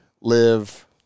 live